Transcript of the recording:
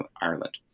Ireland